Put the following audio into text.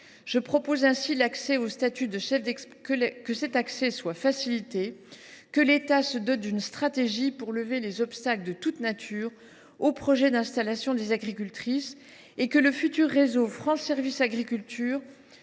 Je propose ainsi que l’accès au statut de chef d’exploitation soit facilité, que l’État se dote d’une stratégie pour lever les obstacles de toute nature aux projets d’installation des agricultrices et que le futur réseau France Services agriculture